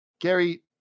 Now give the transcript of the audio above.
Gary